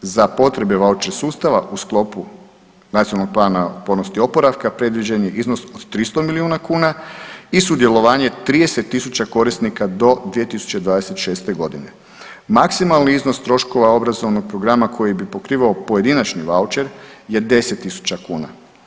Za potrebe vaučer sustava u sklopu Nacionalnog plana otpornosti i oporavka predviđen je iznos od 300 milijuna kuna i sudjelovanje 30.000 korisnika do 2026.g. Maksimalni iznos troškova obrazovnog programa koji bi pokrivao pojedinačni vaučer je 10.000 kuna.